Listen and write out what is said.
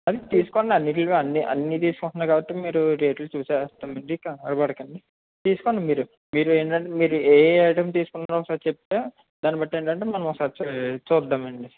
అది తీసుకోండి అన్నిటిలో అన్ని అన్ని తీసుకుంటున్నారు కాబట్టి మీరు రేట్లు చూసే వేస్తాం అండి కంగారు పడకండి తీసుకోండి మీరు మీరు ఏంటంటే మీరు ఏ ఐటమ్ తీసుకున్నా ఒకసారి చెప్తే దాన్ని బట్టి ఏంటంటే మనం ఒకసారి ఆ చూద్దామండి